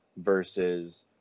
versus